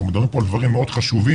אנחנו מדברים פה על דברים מאוד חשובים,